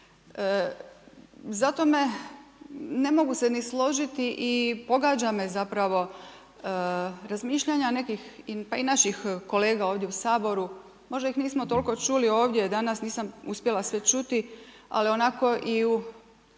Zato me, ne mogu se ni složiti i pogađa me zapravo razmišljanja nekih, pa i naših kolega u Saboru, možda ih nismo toliko čuli ovdje danas, nisam uspjela sve čuti, ali onako i u